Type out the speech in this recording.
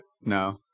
No